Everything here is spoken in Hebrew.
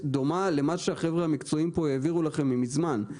דומה למה שהחבר'ה המקצועיים פה העבירו לכם מזמן.